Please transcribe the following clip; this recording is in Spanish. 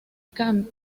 cambio